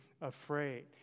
afraid